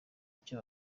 icyo